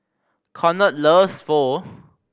Conard loves Pho